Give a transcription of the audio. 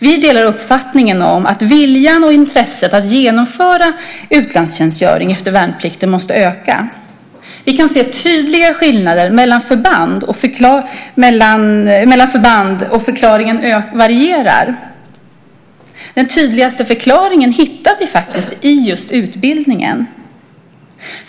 Vi delar uppfattningen att viljan och intresset för att genomföra utlandstjänstgöring efter värnplikten måste öka. Vi kan se tydliga skillnader mellan förband. Förklaringarna varierar, men den tydligaste förklaringen hittar vi i just utbildningen.